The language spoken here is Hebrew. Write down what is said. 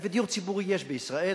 ודיור ציבורי יש בישראל,